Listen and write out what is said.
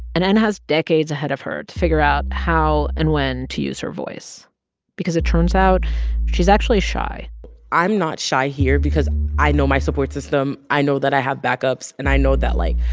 and n has decades ahead of her to figure out how and when to use her voice because it turns out she's actually shy n i'm not shy here because i know my support system. i know that i have backups. and i know that, like,